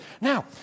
now